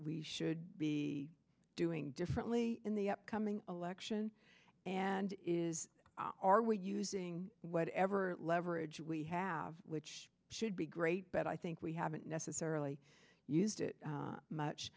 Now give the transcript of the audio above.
we should be doing differently in the upcoming election and is are we using whatever leverage we have which should be great but i think we haven't necessarily used it much